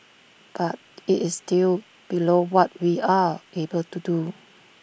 but IT is still below what we are able to do